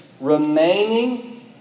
remaining